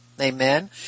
Amen